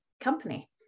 company